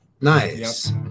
nice